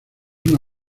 una